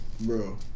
Bro